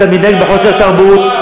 אתה מתנהג בחוסר תרבות.